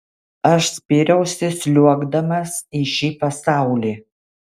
aš spyriausi sliuogdamas į šį pasaulį